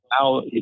now